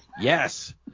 Yes